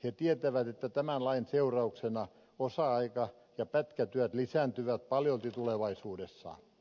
he tietävät että tämän lain seurauksena osa aika ja pätkätyöt lisääntyvät paljolti tulevaisuudessa